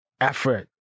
effort